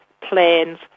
plans